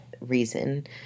reason